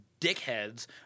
dickheads